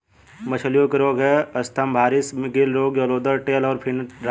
मछलियों के रोग हैं स्तम्भारिस, गिल रोग, जलोदर, टेल और फिन रॉट